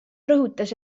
rõhutas